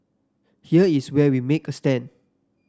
here is where we will make a stand